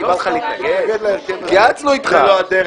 אני לא צריך לעשות את זה, זה לא תפקידי.